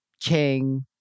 king